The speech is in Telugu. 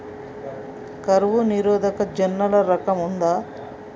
కరువు నిరోధక జొన్నల రకం ఉందా?